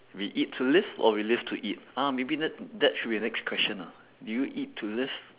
we eat to live or we live to eat ah maybe that that should be the next question ah do you eat to live